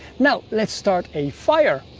now let's start a fire!